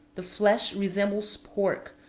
the flesh resembles pork,